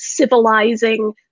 civilizing